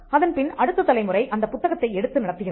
அதன் பின் அடுத்த தலைமுறை அந்த புத்தகத்தை எடுத்து நடத்துகிறது